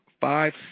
Five